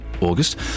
August